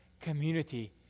community